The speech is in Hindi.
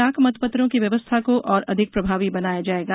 डॉक मतपत्रों की व्यवस्था को और अधिक प्रभावी बनाया जायेगा